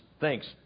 thanks